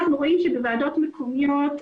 אנחנו רואים שבוועדות מקומיות,